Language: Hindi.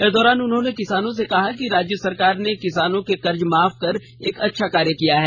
इस दौरान उन्होंने किसानों से कहा कि राज्य सरकार ने किसानों के कर्ज माफ कर एक अच्छा काम किया है